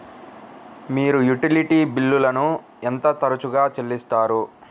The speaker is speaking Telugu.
మీరు యుటిలిటీ బిల్లులను ఎంత తరచుగా చెల్లిస్తారు?